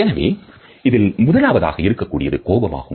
எனவே அதில் முதலாவதாக இருக்கக்கூடியது கோபம் ஆகும்